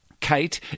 Kate